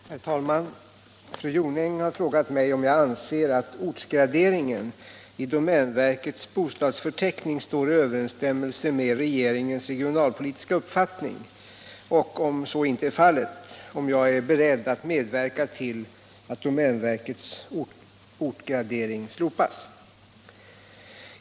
Herr talman! Fru Jonäng har frågat mig om jag anser att ortsgraderingen i domänverkets bostadsförteckning står i överensstämmelse med regeringens regionalpolitiska uppfattning och — om så inte är fallet — om jag är beredd att medverka till att domänverkets ortsgradering slopas.